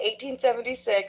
1876